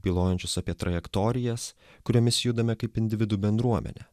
bylojančius apie trajektorijas kuriomis judame kaip individų bendruomenė